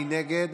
מי נגד?